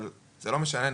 אבל זה לא משנה,